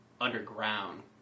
underground